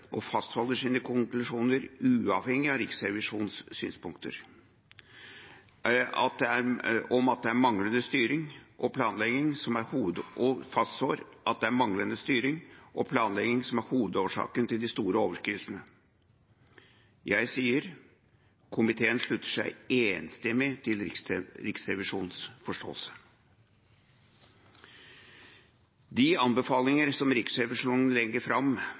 dette, fastholder sine konklusjoner uavhengig av dette og fastslår at det er manglende styring og planlegging som er hovedårsaken til de store overskridelsene. Jeg sier at komiteen slutter seg enstemmig til Riksrevisjonens forståelse. De anbefalinger som Riksrevisjonen legger fram,